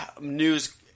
news